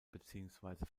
beziehungsweise